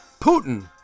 Putin